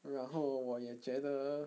然后我也觉得